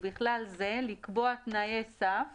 ובכלל זה לקבוע תנאי סף